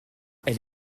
elle